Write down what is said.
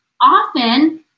often